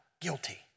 guilty